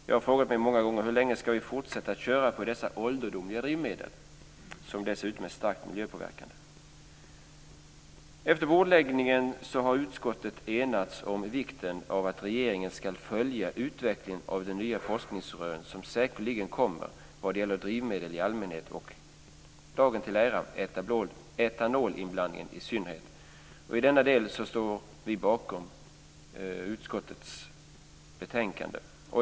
Jag har frågat mig många gånger hur länge vi ska fortsätta att köra på dessa ålderdomliga drivmedel som dessutom är starkt miljöpåverkande. Efter bordläggningen har utskottet enats om vikten av att regeringen ska följa utvecklingen av de nya forskningsrön som säkerligen kommer vad gäller drivmedel i allmänhet och, dagen till ära, etanolinblandningen i synnerhet. I denna del står vi bakom utskottets betänkande.